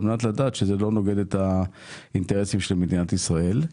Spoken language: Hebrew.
מנת לדעת שזה לא נוגד את האינטרסים של מדינת ישראל.